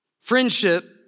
Friendship